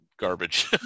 garbage